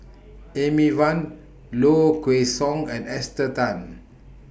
Amy Van Low Kway Song and Esther Tan